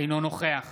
אינו נוכח